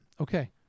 okay